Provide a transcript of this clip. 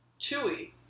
Chewy